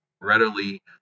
readily